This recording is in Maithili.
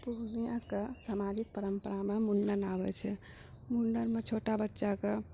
पूर्णियाके सामाजिक परम्परामे मुण्डन आबै छै मुण्डनमे छोटा बच्चाके